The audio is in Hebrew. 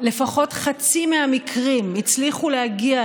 היועץ המשפטי לשרים צריך להיות קשר